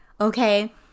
okay